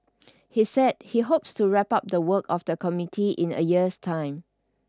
he said he hopes to wrap up the work of the committee in a year's time